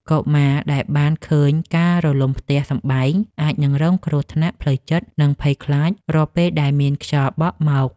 កុមារដែលបានឃើញការរលំផ្ទះសម្បែងអាចនឹងរងគ្រោះថ្នាក់ផ្លូវចិត្ត និងភ័យខ្លាចរាល់ពេលដែលមានខ្យល់បក់មក។